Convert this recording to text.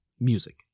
music